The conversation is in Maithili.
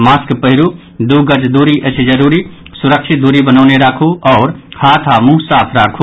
मास्क पहिरू दू गज दूरी अछि जरूरी सुरक्षित दूरी बनौने राखू हाथ आ आओर मुंह साफ राखू